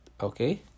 Okay